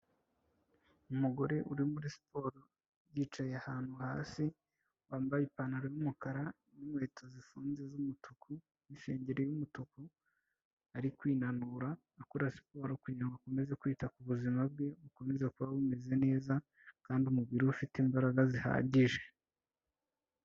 Umugore uri muri siporo yicaye ahantu hasi wambaye ipantaro y'umukara n'inkweto zifunze z'umutuku n'insengeri y'umutuku, ari kwinanura akora siporo kugira ngo akomeze kwita ku buzima bwe bukomeze kuba bumeze neza, kandi umubiri we ufite imbaraga zihagije.